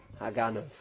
Haganov